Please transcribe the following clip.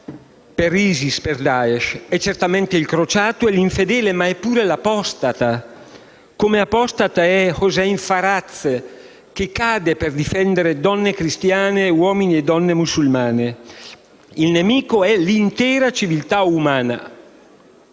per ISIS e Daesh? È certamente il crociato e l'infedele, ma pure l'apostata, come apostata è Hossein Faraaz, che cade per difendere donne cristiane, donne e uomini musulmani. Il nemico è l'intera civiltà umana.